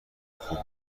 خوب